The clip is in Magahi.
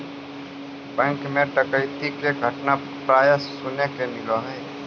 बैंक मैं डकैती के घटना प्राय सुने के मिलऽ हइ